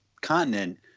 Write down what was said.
continent